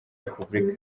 repubulika